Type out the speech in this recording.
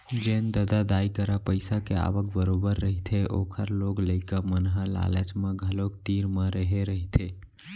जेन ददा दाई करा पइसा के आवक बरोबर रहिथे ओखर लोग लइका मन ह लालच म घलोक तीर म रेहे रहिथे